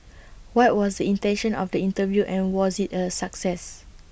what was the intention of the interview and was IT A success